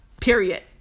period